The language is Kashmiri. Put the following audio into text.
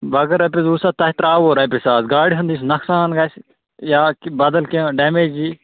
بہٕ اَگر رۄپیَس وُہ ساس تۄہہِ ترٛاوہو رۄپیہِ ساس گاڑِ ہُنٛد یُس نۄقصان گژھِ یا کہِ بَدَل کیٚںٛہہ ڈٮ۪میج یی